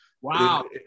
Wow